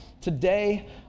today